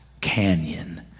canyon